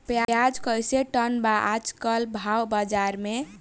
प्याज कइसे टन बा आज कल भाव बाज़ार मे?